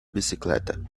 bicicleta